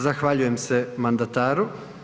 Zahvaljujem se mandataru.